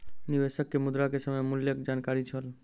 निवेशक के मुद्रा के समय मूल्यक जानकारी छल